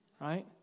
Right